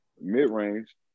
mid-range